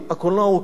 הקולנוע הוא כלי,